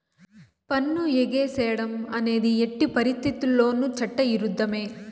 పన్ను ఎగేసేడం అనేది ఎట్టి పరిత్తితుల్లోనూ చట్ట ఇరుద్ధమే